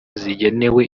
zigenewe